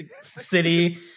city